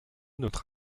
notre